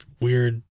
weird